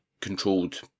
controlled